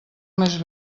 més